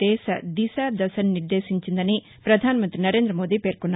దేశ దిశ దశను నిర్దేశించిందని పధానమంత్రి నరేందమోదీ పేర్కొన్నారు